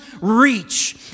reach